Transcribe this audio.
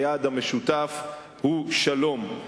היעד המשותף הוא שלום.